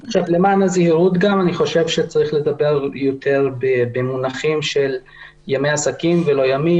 למען הזהירות צריך לדבר במונחים של ימי עסקים ולא ימים,